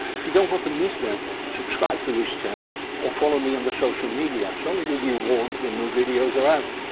if you don't want to miss that, subscribe to this channel or follow me on the social media so you'll be warned when new videos are out.